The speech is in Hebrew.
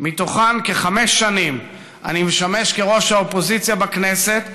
ומתוכן כחמש שנים אני משמש כראש האופוזיציה בכנסת,